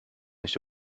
nicht